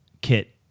kit